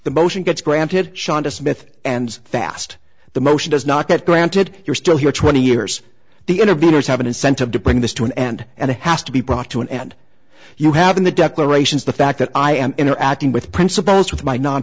motion gets granted shonda smith and fast the motion does not get granted you're still here twenty years the interviewers have an incentive to bring this to an end and it has to be brought to an end you have in the declarations the fact that i am interacting with principals with my non